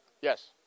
Yes